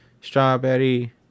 Strawberry